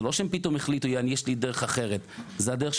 זה לא שהם פתאום החליטו שיש להם דרך אחרת,